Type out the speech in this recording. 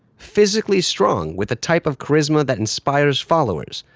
physically strong, with a type of charisma that and so inpires followers.